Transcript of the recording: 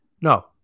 No